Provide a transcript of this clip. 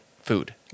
food